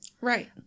Right